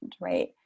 right